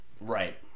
Right